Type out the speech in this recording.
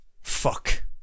fuck